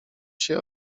się